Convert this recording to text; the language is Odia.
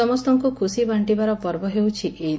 ସମସ୍ତଙ୍କୁ ଖୁସି ବାକ୍କିବାର ପର୍ବ ହେଉଛି ଇଦ୍